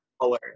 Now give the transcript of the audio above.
color